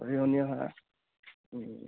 পঢ়ি শুনি অহা